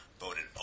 Voted